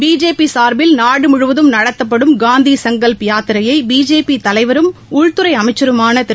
BJP சார்பில் நாடுமுழுவதும் நடத்தப்படும் காந்தி சங்கல்ப் யாத்திரையை பிஜேபி தலைவரும் உள்துறை அமைச்சருமான திரு